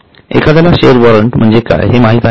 एखाद्याला share warrant म्हणजे काय हे माहित आहे का